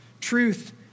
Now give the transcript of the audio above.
Truth